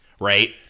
right